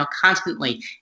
constantly